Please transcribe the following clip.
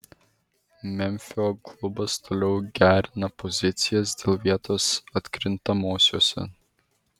memfio klubas toliau gerina pozicijas dėl vietos atkrintamosiose